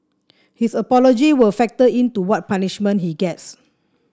his apology will factor in to what punishment he gets